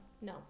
no